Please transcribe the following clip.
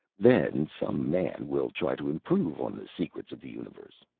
then some man will try to improve on the secrets of the universe.